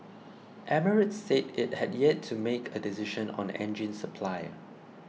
emirates said it had yet to make a decision on engine supplier